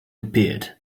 appeared